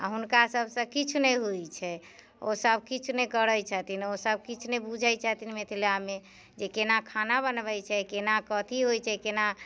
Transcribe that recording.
आओर हुनका सभसँ किछु नहि होइ छै ओ सभ किछु नहि करै छथिन ओ सभ किछु नहि बुझै छथिन मिथिलामे जे केना खाना बनबै छै केना कथी होइ छै केना